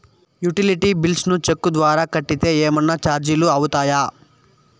Utility bills ను చెక్కు ద్వారా కట్టితే ఏమన్నా చార్జీలు అవుతాయా?